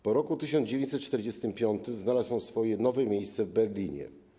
Po roku 1945 znalazł on swoje nowe miejsce w Berlinie.